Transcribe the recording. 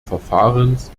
verfahrens